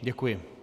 Děkuji.